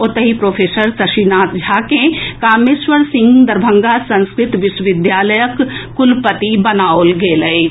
ओतहि प्रोफेसर शशिनाथ झा कें कामेश्वर सिंह दरभंगा संस्कृत विश्वविद्यालयक कुलपति बनाओल गेल अछि